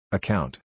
Account